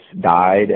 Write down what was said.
died